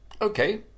Okay